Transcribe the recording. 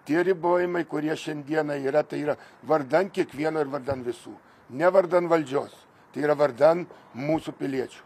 tie ribojimai kurie šiandieną yra tai yra vardan kiekvieno ir vardan visų ne vardan valdžios tai yra vardan mūsų piliečių